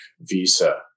visa